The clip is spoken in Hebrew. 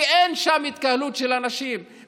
כי אין שם התקהלות של אנשים,